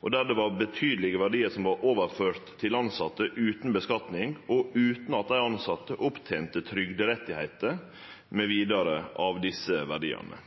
og der det var betydelige verdiar som var overførte til tilsette, utan skattlegging, og utan at dei tilsette tente opp trygderettar mv. av desse verdiane.